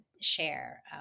share